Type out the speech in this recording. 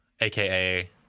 AKA